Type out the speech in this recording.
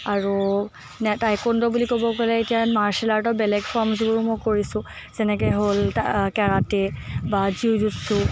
আৰু টাইকাণ্ডো বুলি ক'লে এতিয়া মাৰ্চেল আৰ্টত বেলেগ ফৰ্মছবোৰো মই কৰিছোঁ যেনেকৈ হ'ল কেৰাটে বা জিইৰুছোঁ